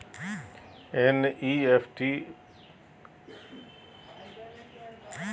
NEFT एक bank से दोसर बैंक में फंड ट्रांसफर करे के तेज माध्यम मानल जा हय